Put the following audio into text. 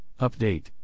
update